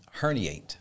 herniate